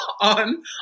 on